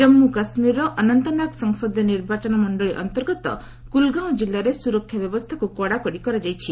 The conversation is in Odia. କାମ୍ମୁକାଶ୍ମୀରର ଅନନ୍ତନାଗ ସଂସଦୀୟ ନିର୍ବାଚନ ମଶ୍ଚଳୀ ଅନ୍ତର୍ଗତ କୁଲଗାଓଁ ଜିଲ୍ଲାରେ ସୁରକ୍ଷା ବ୍ୟବସ୍ଥାକୁ କଡ଼ାକଡ଼ି କରାଯାଇଛି